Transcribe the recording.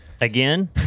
again